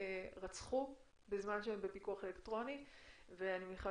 רצחו בזמן שהם בפיקוח אלקטרוני ואני מניחה